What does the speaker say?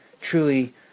truly